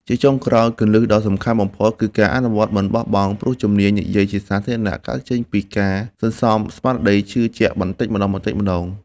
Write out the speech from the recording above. ជាចុងក្រោយ គន្លឹះដ៏សំខាន់បំផុតគឺការអនុវត្តមិនបោះបង់ ព្រោះជំនាញនិយាយជាសាធារណៈកើតចេញពីការសន្សំស្មារតីជឿជាក់បន្តិចម្ដងៗ។